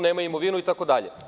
Nemaju imovinu itd.